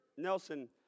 Nelson